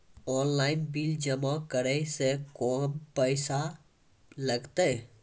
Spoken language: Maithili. ऑनलाइन बिल जमा करै से कम पैसा लागतै?